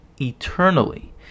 eternally